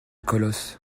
colosse